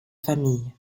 famille